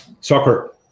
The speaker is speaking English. soccer